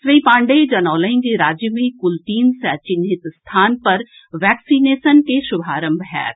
श्री पाण्डेय जनौलनि जे राज्य मे कुल तीन सय चिन्हित स्थान पर वैक्सीनेशन के शुभारंभ होयत